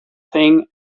thing